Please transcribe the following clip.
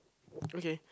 okay